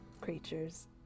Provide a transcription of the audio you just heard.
creatures